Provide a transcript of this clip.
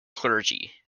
clergy